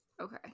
Okay